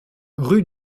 rue